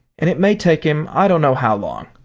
and it may take him i don't know how long.